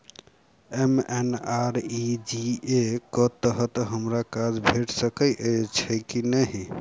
MNREGA कऽ तहत हमरा काज भेट सकय छई की नहि?